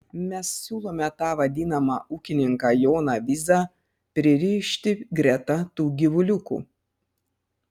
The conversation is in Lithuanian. mes siūlome tą vadinamą ūkininką joną vyzą pririšti greta tų gyvuliukų